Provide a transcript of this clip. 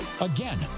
Again